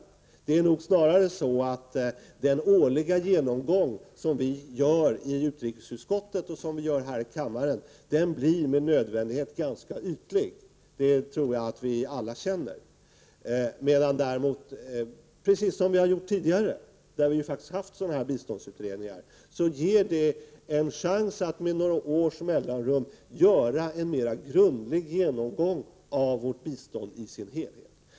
Snarare är det nog så, att den årliga genomgången i utrikesutskottet och här i kammaren med nödvändighet blir ganska ytlig. Det tror jag att vi alla upplever. Vi har faktiskt haft biståndspolitiska utredningar tidigare. På det sättet har vi ju en chans att med några års mellanrum göra en mera grundlig genomgång av svenskt bistånd i dess helhet.